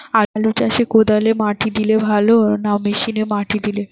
আলু চাষে কদালে মাটি দিলে ভালো না মেশিনে মাটি দিলে?